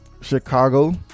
Chicago